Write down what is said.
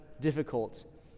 difficult